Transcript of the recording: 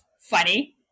funny